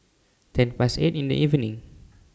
ten Past eight in The evening